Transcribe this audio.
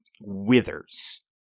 withers